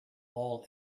all